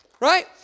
Right